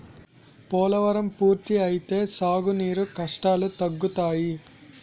పోలవరం పూర్తి అయితే సాగు నీరు కష్టాలు తగ్గుతాయి